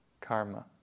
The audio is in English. karma